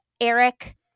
Eric